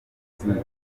bikomagu